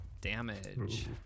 damage